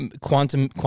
Quantum